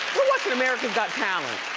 we're watching american's got talent.